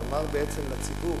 לומר בעצם לציבור